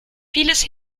vieles